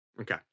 Okay